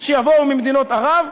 שיבואו ממדינות ערב.